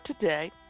today